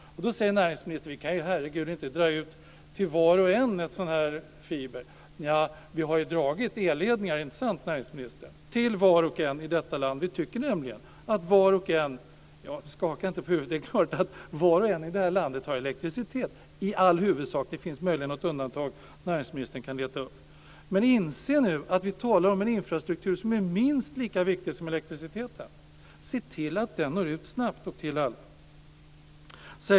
Då säger näringsministern: Herregud, vi kan ju inte dra ut sådan här fiber till var och en! Nja, vi har ju dragit elledningar - inte sant näringsministern? - till var och en i detta land. Skaka inte på huvudet, näringsministern. Det är klart att var och en i det här landet har elektricitet i all huvudsak, det finns möjligen något undantag som näringsministern kan leta upp. Näringsministern måste inse att vi nu talar om en infrastruktur som är minst lika viktig som elektriciteten. Se till att den når ut snabbt och till alla.